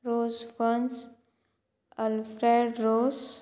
रोज Fons Alfred रोस